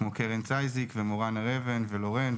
כמו קרן צ'יזיק ומורן הר אבן ולורן,